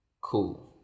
Cool